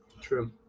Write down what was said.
True